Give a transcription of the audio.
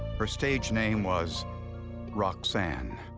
her stage name was roxanne.